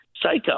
psycho